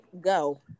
go